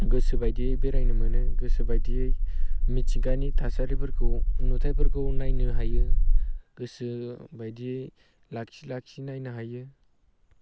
गोसो बायदियै बेरायनो मोनो गोसो बायदियै मिथिंगानि थासारिफोरखौ नुथायफोरखौ नायनो हायो गोसो बायदियै लाखि लाखि नायनो हायो